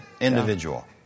Individual